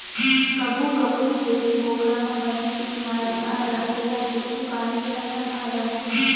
कभू कभू छेरी बोकरा म बनेच के बेमारी आ जाथे य कुछु काही अलहन आ जाथे